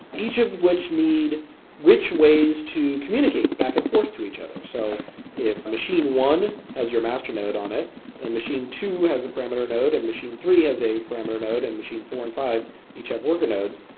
each of which need rich ways to communicate back and forth to each other so if machine one has your master node on it and machine two has a parameter node and machine three has a parameter node and machine four and five each have worker nodes,